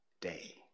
day